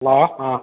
hello ആ